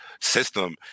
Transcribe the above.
system